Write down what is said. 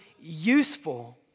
useful